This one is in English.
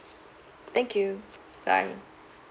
thank you bye